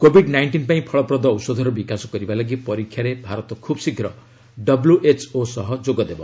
Covid nineteen ପାଇଁ ଫଳପ୍ରଦ ଔଷଧର ବିକାଶ କରିବା ଲାଗି ପରୀକ୍ଷାରେ ଭାରତ ଖୁବ୍ ଶୀଘ୍ର ଡବ୍ଲ୍ୟୁଏଚ୍ଓ ସହ ଯୋଗଦେବ